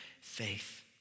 faith